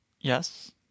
Yes